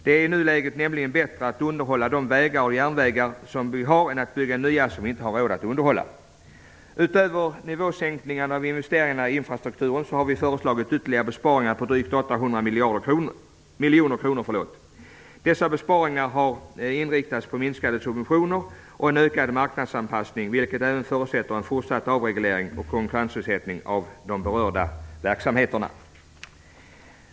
Det är nämligen bättre att i nuläget underhålla de vägar och järnvägar som vi har än att bygga nya som vi inte har råd att underhålla. Utöver nivåsänkningen av investeringar i infrastrukturen har vi föreslagit ytterligare besparingar på drygt 800 miljoner kronor. Dessa besparingar har inriktats på minskade subventioner och en ökad marknadsanpassning, vilket även förutsätter en fortsatt avreglering och konkurrensutsättning av de berörda verksamheterna.